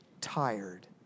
tired